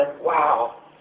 Wow